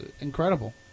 Incredible